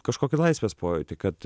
kažkokį laisvės pojūtį kad